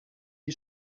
die